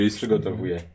przygotowuję